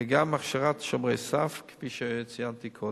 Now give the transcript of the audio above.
גם הכשרת "שומרי סף", כפי שציינתי קודם,